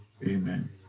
Amen